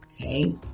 Okay